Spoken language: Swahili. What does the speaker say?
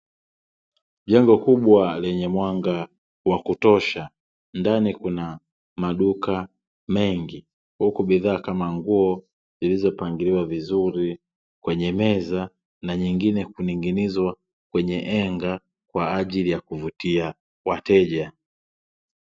Jengo kubwa lenye mwanga wa kutosha, ndani kuna maduka mengi. Huku bidhaa kama nguo zilizopangiliwa vizuri kwenye meza, na nyingine kuning'inizwa kwenye henga, kwa ajili ya kuvutia wateja.